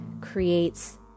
creates